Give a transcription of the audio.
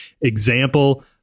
example